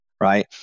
right